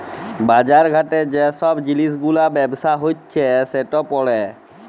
বাজার ঘাটে যে ছব জিলিস গুলার ব্যবসা হছে সেট পড়ে